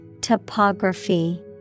Topography